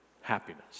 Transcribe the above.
happiness